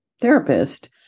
therapist